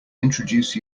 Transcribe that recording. introduce